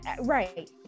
Right